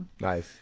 Nice